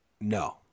No